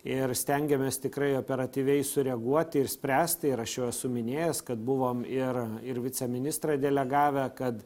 ir stengiamės tikrai operatyviai sureaguoti ir spręsti ir aš jau esu minėjęs kad buvom ir ir viceministrą delegavę kad